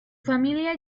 familia